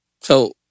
So-